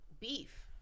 Beef